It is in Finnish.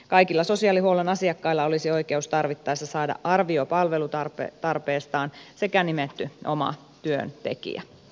kaikilla sosiaalihuollon asiakkailla olisi oikeus tarvittaessa saada arvio palvelutarpeestaan sekä nimetty oma työntekijä